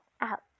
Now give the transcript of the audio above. Out